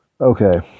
Okay